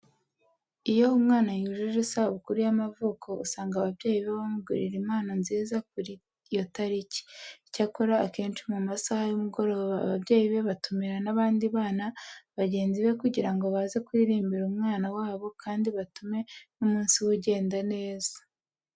Iyo umwana yujuje isabukuru y'amavuko usanga ababyeyi be bamugurira impano nziza kuri iyo tariki. Icyakora akenshi mu masaha y'umugoroba ababyeyi be batumira n'abandi bana bagenzi be kugira ngo baze kuririmbira umwana wabo kandi batume n'umunsi we ugenda neza.